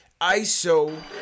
ISO